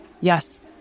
Yes